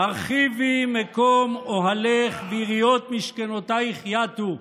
"הרחיבי מקום אהלך ויריעות משכנותיך יטו",